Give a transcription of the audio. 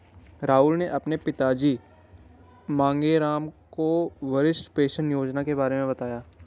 राहुल ने अपने पिताजी मांगेराम को वरिष्ठ पेंशन योजना के बारे में बताया